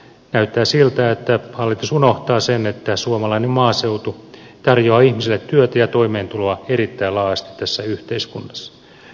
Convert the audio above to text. näyttää siltä että hallitus unohtaa sen että suomalainen maaseutu tarjoaa ihmisille työtä ja toimeentuloa erittäin laajasti tässä yhteiskunnassa